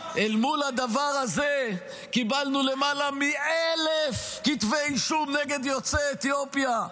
מול הדבר הזה קיבלנו למעלה מ-1,000 כתבי אישום נגד יוצאי אתיופיה.